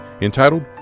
entitled